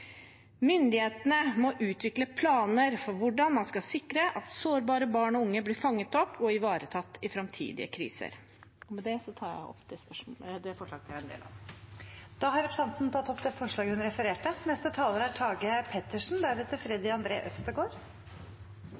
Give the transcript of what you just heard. Myndighetene må utvikle planer for hvordan man skal sikre at sårbare barn og unge blir fanget opp og ivaretatt i framtidige kriser.» Med dette tar jeg opp det forslaget Senterpartiet har fremmet sammen med Arbeiderpartiet og SV. Representanten Åslaug Sem-Jacobsen har tatt opp det forslaget hun refererte